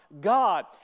God